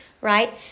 right